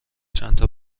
چندتا